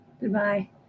Goodbye